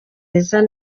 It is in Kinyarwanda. neza